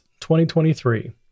2023